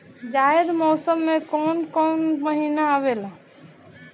जायद मौसम में कौन कउन कउन महीना आवेला?